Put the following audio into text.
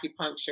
acupuncture